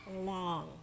long